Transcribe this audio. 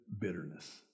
bitterness